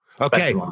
Okay